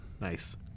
Nice